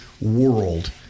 world